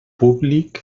públic